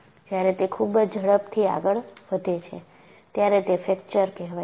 જ્યારે તે ખૂબ જ ઝડપથી આગળ વધે છે ત્યારે તે ફ્રેકચર કહેવાય છે